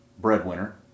Breadwinner